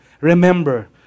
remember